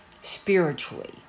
spiritually